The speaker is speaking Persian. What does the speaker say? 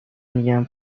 میگن